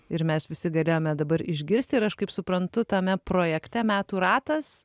ir mes visi galėjome dabar išgirsti ir aš kaip suprantu tame projekte metų ratas